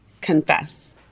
confess